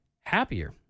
happier